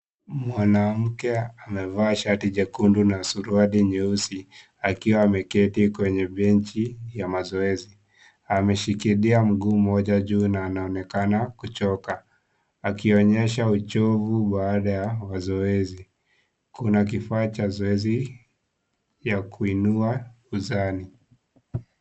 Mwanamke amevaa shati jekundu na suruali nyeusi, akiwa ameketi kwenye benchi ya mazoezi, ameshikilia mguu mmoja juu na anaonekana kuchoka, akionyesha uchovu baada ya zoezi, kuna kufaa cha zoezi ya kuinua uzani.